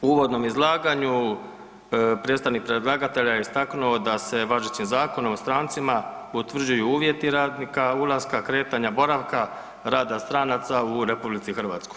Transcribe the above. U uvodnom izlaganju predstavnik predlagatelja je istaknuo da se važećim Zakonom o strancima utvrđuju uvjeti radnika, ulaska, kretanja, boravka rada stranaca u RH.